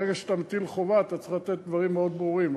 ברגע שאתה מטיל חובה אתה צריך לתת דברים מאוד ברורים,